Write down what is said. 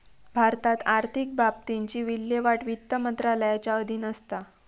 भारतात आर्थिक बाबतींची विल्हेवाट वित्त मंत्रालयाच्या अधीन असता